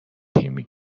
تیمی